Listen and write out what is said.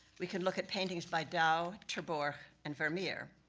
we can look at paintings by dou, ter borch, and vermeer.